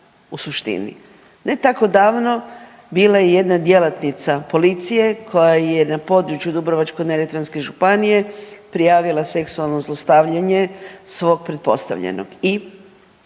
Ne tako davno bila je jedna djelatnica policije koja je na području Dubrovačko-neretvanske županije prijavila seksualno zlostavljanje svog pretpostavljenog.